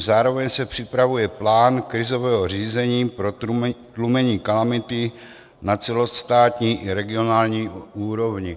Zároveň se připravuje plán krizového řízení pro tlumení kalamity na celostátní i regionální úrovni.